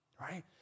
right